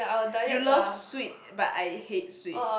you love sweet but I hate sweet